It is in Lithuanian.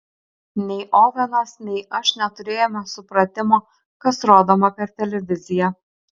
nei ovenas nei aš neturėjome supratimo kas rodoma per televiziją